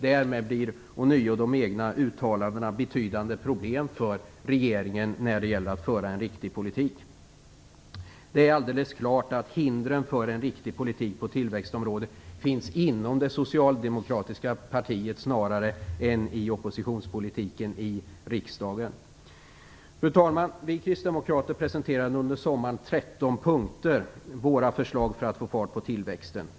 Därmed blir ånyo de egna uttalandena betydande problem för regeringen när det gäller att föra en riktig politik. Det är helt klart att hindren för en riktig politik på tillväxtområdet finns inom det socialdemokratiska partiet, snarare än i oppositionspolitiken i riksdagen. Fru talman! Vi kristdemokrater presenterade under sommaren i 13 punkter våra förslag för att få fart på tillväxten.